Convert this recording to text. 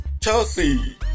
Chelsea